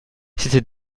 c’est